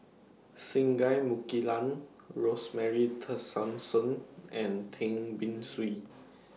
Singai Mukilan Rosemary Tessensohn and Tan Beng Swee